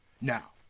Now